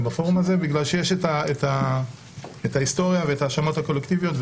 בפורום הזה בגלל ההיסטוריה וההאשמות הקולקטיביות,